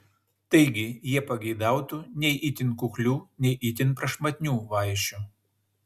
taigi jie pageidautų nei itin kuklių nei itin prašmatnių vaišių